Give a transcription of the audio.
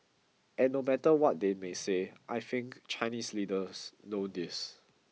and no matter what they may say I think Chinese leaders know this